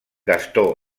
gastó